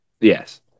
yes